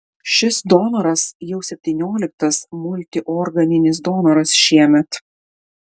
šis donoras jau septynioliktas multiorganinis donoras šiemet